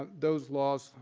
those laws,